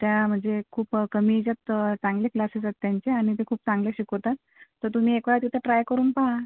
त्या म्हणजे खूप कमी हेच्यात चांगले क्लासेस आहेत त्यांचे आणि ते खूप चांगलं शिकवतात तर तुम्ही एकवेळा तिथं ट्राय करून पहा